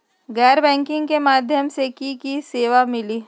गैर बैंकिंग के माध्यम से की की सेवा मिली?